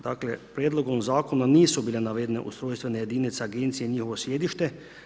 Dakle Prijedlogom zakona nisu bile navedene ustrojstvene jedinice Agencije njihovo sjedište.